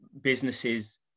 businesses